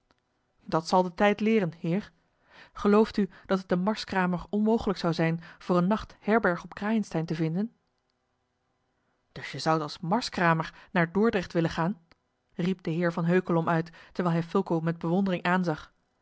dat zal de tijd leeren heer gelooft u dat het een marskramer onmogelijk zou zijn voor een nacht herberg op crayenstein te vinden dus je zoudt als marskramer naar dordrecht willen gaan riep de heer van heukelom uit terwijl hij fulco met bewondering